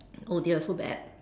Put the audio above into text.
oh dear so bad